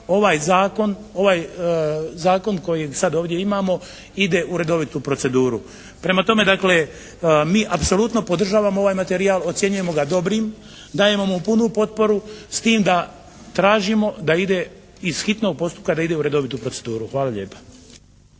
ovaj zakon koji sad ovdje imamo ide u redovitu proceduru. Prema tome, dakle mi apsolutno podržavamo ovaj materijal, ocjenjujemo ga dobrim. Dajemo mu punu potporu s tim da tražimo da ide iz hitnog postupka da ide u redovitu proceduru. Hvala lijepa.